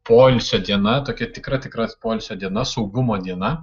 poilsio diena tokia tikra tikra poilsio diena saugumo diena